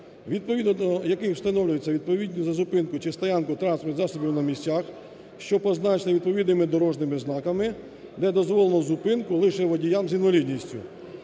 яких встановлюються відповідальність за зупинку чи стоянку транспортних засобів на місцях, що позначені відповідними дорожніми знаками, де дозволено зупинку лише водіям з інвалідністю.